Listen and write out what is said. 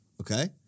Okay